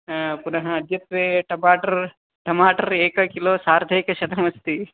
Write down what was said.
पुनः अद्यत्वे टमाटर् टमाटर् एक किलो सार्धैकशतमस्ति